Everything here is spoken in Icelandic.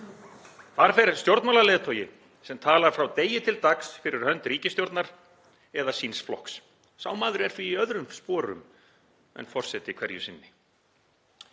Þar fer stjórnmálaleiðtogi sem talar frá degi til dags fyrir hönd ríkisstjórnar eða síns flokks. Sá maður er því í öðrum sporum en forseti hverju sinni.